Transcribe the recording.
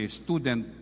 student